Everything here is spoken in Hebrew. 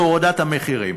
להורדת המחירים.